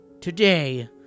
today